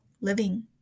living